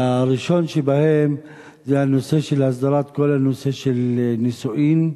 שהראשון שבהם הוא הסדרת הנושא של נישואים,